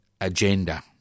agenda